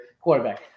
quarterback